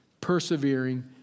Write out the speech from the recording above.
persevering